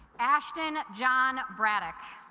ashton john braddock